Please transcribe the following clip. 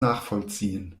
nachvollziehen